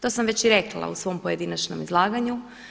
To sam već i rekla u svojem pojedinačnom izlaganju.